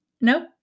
nope